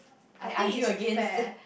I argue against